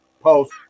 post